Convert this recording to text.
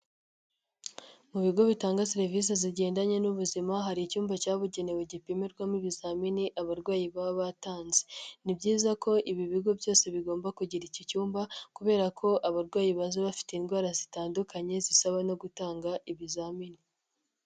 Mu bigo bitanga serivisi zigendanye n'ubuzima, hari icyumba cyabugenewe gipimirwamo ibizamini abarwayi baba batanze. Ni byiza ko ibi bigo byose bigomba kugira iki cyumba kubera ko abarwayi baza bafite indwara zitandukanye zisaba no gutanga ibizamini.